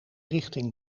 richting